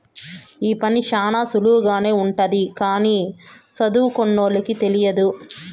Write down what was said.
ఈ పని శ్యానా సులువుగానే ఉంటది కానీ సదువుకోనోళ్ళకి తెలియదు